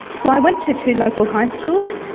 so i went to two local high schools,